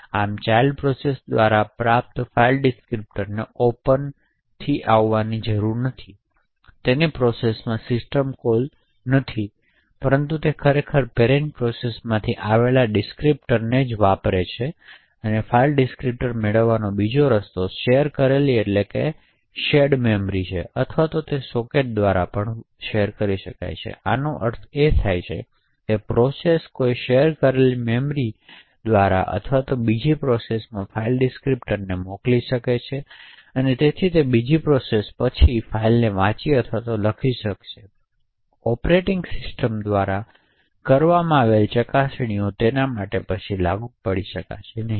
આમ child process દ્વારા પ્રાપ્ત ફાઇલ ડિસ્ક્રીપ્ટર્સને open થી આવવાની જરૂર નથી તેની પ્રોસેસમાં સિસ્ટમ કોલ નથી પરંતુ તે ખરેખર પેરેંટ પ્રોસેસમાંથી ફાઇલ ડિસ્ક્રીપ્ટર્સને વારસામાં પ્રાપ્ત કરે છે ફાઇલ ડિસ્ક્રીપ્ટર્સ મેળવવાનો બીજો રસ્તો શેર કરેલી મેમરી અથવા સોકેટ્સ દ્વારા છે તેથી આનો અર્થ એ થાય કે પ્રોસેસ કોઈ શેર કરેલી મેમરી દ્વારા બીજી પ્રોસેસમાં ફાઇલ ડિસ્ક્રીપ્ટર્સને મોકલી શકે છે અને તેથી તે બીજી પ્રોસેસ પછી ફાઇલને વાંચી અથવા લખી શકે છે ઓપરેટિંગ સિસ્ટમ દ્વારા કરવામાં આવેલી ચકાસણીઓને આગળ ધપાવી શકાય નહીં